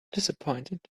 disappointed